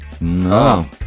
No